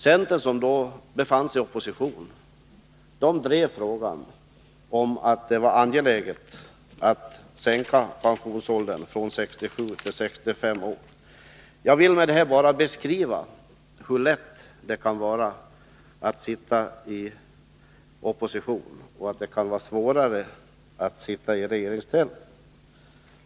Centern, som då befann sig i oppositionsställning, drev frågan att det var angeläget att sänka pensionsåldern från 67 till 65 år. Jag vill med detta bara beskriva hur lätt det kan vara att sitta i opposition och att det kan vara svårare att sitta i regeringsställning.